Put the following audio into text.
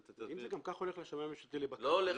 אם זה ממילא הולך לשמאי הממשלתי --- לא,